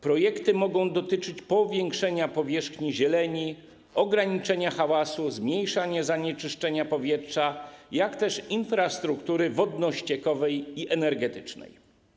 Projekty mogą dotyczyć powiększenia powierzchni terenów zielonych, ograniczenia hałasu, zmniejszania zanieczyszczenia powietrza, a także infrastruktury wodno-ściekowej i energetycznej.